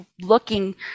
looking